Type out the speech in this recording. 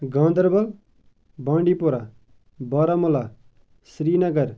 Ganderbal Bandipora Baramulla Srinagar